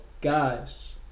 guys